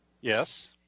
Yes